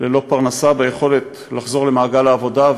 ללא פרנסה ויכולת לחזור למעגל העבודה,